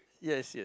yes yes